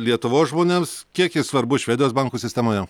lietuvos žmonėms kiek jis svarbus švedijos bankų sistemoje